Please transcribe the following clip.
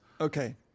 Okay